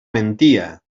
mentia